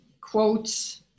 quotes